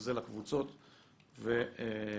וזה לקבוצות ולאיגודים.